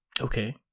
Okay